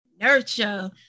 nurture